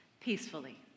peacefully